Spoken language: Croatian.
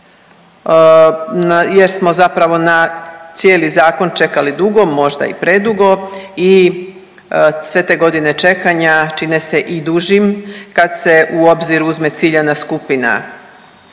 jer smo zapravo na cijeli zakon čekali dugo, možda i predugo i sve te godina čekanja čine se i dužim kad se u obzir uzme ciljana skupina